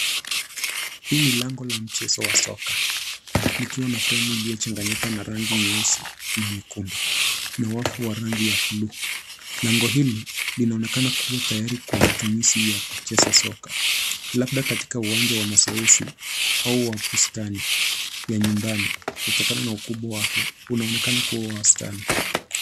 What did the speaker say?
Hii ni lango la mchezo wa soka likiwa na fremu iliyochanganyika na rangi nyeusi na nyekundu na wavu ya rangi ya bluu. Lango hili linaonekana kua tayari kwa matumizi ya mchezo wa soka labda katika uwanja wa mazoezi au wa bustani ya nyumbani kutokana na ukubwa wake unaonekana kua wa bustani.